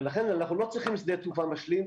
ולכן אנחנו לא צריכים שדה תעופה משלים.